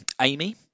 amy